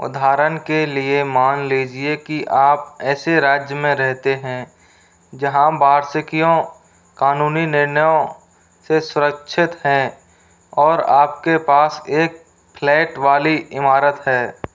उदाहरण के लिए मान लीजिए कि आप ऐसे राज्य में रहते हैं जहाँ वार्षिकियों कानूनी निर्णयों से सुरक्षित हैं और आपके पास एक फ्लैट वाली इमारत है